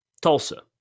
Tulsa